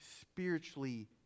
spiritually